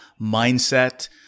mindset